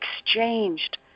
exchanged